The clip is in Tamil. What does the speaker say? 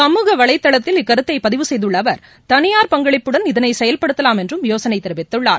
சமூக வலைதளத்தில் இக்கருத்தை பதிவு செய்துள்ள அவா் தனியாா் பங்களிப்புடன் இதனை செயல்படுத்தலாம் என்றும் யோசனை தெரிவித்துள்ளார்